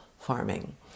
farming